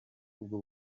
ubwo